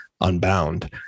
Unbound